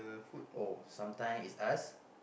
oh sometimes is us